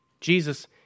Jesus